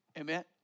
Amen